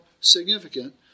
significant